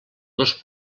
dos